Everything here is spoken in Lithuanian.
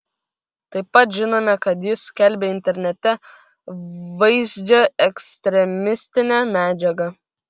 taip pat žinome kad jis skelbė internete vaizdžią ekstremistinę medžiagą